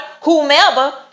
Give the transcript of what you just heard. whomever